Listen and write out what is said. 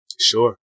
Sure